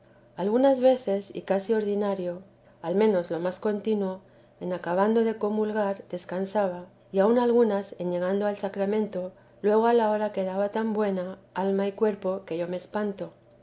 algunas veces y casi ordinario al menos lo más contino en acabando de comulgar descansaba y aun algunas en llegando al sacramento luego a la hora quedaba tan buena alma y cuerpo que yo me espanto